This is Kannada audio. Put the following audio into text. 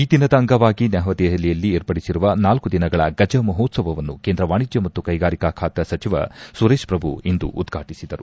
ಈ ದಿನದ ಅಂಗವಾಗಿ ನವದೆಹಲಿಯಲ್ಲಿ ಏರ್ಪಡಿಸಿರುವ ನಾಲ್ಲು ದಿನಗಳ ಗಜ ಮಹೋತ್ವವನ್ನು ಕೇಂದ್ರ ವಾಣಿಜ್ಞ ಮತ್ತು ಕ್ಯೆಗಾರಿಕಾ ಖಾತಾ ಸಚಿವ ಸುರೇಶ್ ಪ್ರಭು ಇಂದು ಉದ್ವಾಟಿಸಿದರು